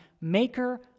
maker